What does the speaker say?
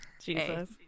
Jesus